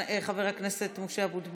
חבר הכנסת עסאקלה, חבר הכנסת אלחרומי,